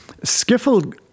skiffle